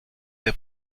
del